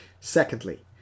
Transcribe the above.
Secondly